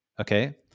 Okay